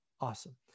awesome